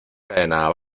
cadena